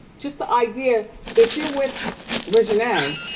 just the idea, if you're with reginae,